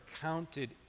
counted